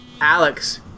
Alex